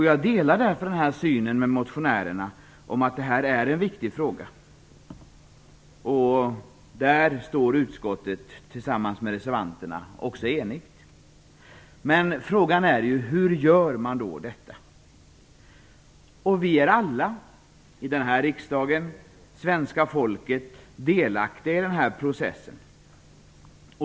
Jag delar motionärernas syn att detta är en viktig fråga. Där står utskottet tillsammans med reservanterna också enigt. Men frågan är hur man gör detta. Vi är alla i denna riksdag och i svenska folket delaktiga i processen.